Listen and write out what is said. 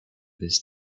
this